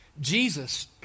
Jesus